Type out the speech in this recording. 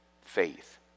faith